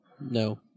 No